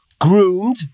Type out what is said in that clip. groomed